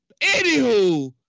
Anywho